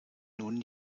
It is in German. nun